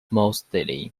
mostly